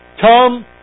Come